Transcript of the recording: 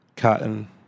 cotton